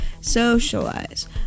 socialize